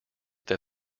that